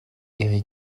eric